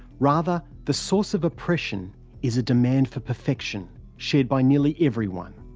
rather, the source of oppression is a demand for perfection shared by nearly everyone.